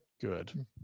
good